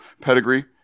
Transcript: pedigree